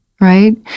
right